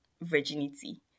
virginity